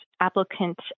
applicant